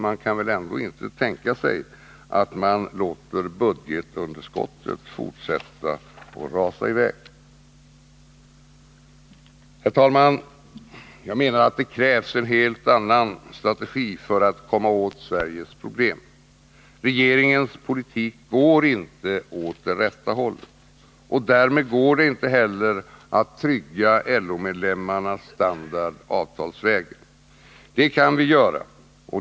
Man kan väl ändå inte tänka sig att man låter budgetunderskottet fortsätta att rasa i väg? Herr talman! Jag menar att det krävs en helt annan strategi för att komma åt Sveriges problem. Regeringens politik går inte åt det rätta hållet. Därmed är det inte heller möjligt att trygga LO-medlemmarnas standard avtalsvägen. Det kan vi göra.